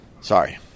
Sorry